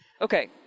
Okay